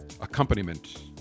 accompaniment